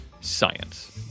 science